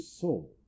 soul